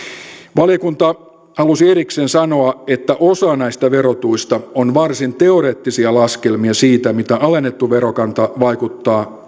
valiokunta halusi erikseen sanoa että osa näistä verotuista on varsin teoreettisia laskelmia siitä mitä alennettu verokanta vaikuttaa